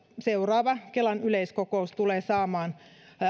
seuraava kelan yleiskokous tulee saamaan